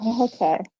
Okay